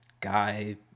guy